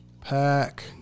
Pack